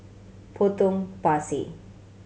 Potong Pasir